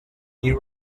you